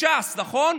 מש"ס, נכון?